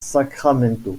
sacramento